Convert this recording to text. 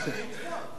כולם.